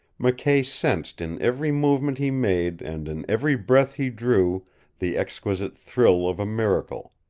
mckay sensed in every movement he made and in every breath he drew the exquisite thrill of a miracle.